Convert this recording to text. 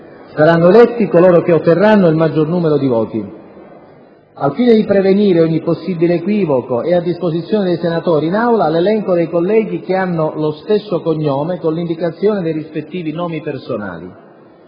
Saranno eletti coloro che otterranno il maggior numero di voti. Al fine di prevenire ogni possibile equivoco, e a disposizione dei senatori, in Aula, l’elenco dei colleghi che hanno lo stesso cognome, con l’indicazione dei rispettivi nomi personali.